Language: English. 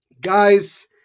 Guys